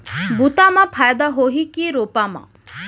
बुता म फायदा होही की रोपा म?